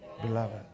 Beloved